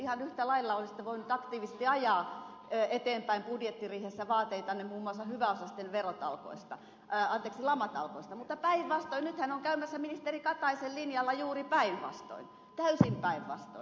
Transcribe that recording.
ihan yhtä lailla olisitte voinut budjettiriihessä aktiivisesti ajaa eteenpäin vaateitanne muun muassa hyväosaisten lamatalkoista mutta nythän on käymässä ministeri kataisen linjalla juuri päinvastoin täysin päinvastoin